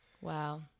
wow